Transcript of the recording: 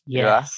Yes